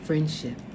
Friendship